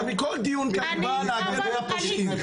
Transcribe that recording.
אתה כל דיון כאן בא להגן על הפושעים,